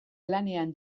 lanean